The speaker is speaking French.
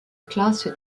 classe